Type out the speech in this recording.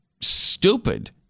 Stupid